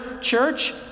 church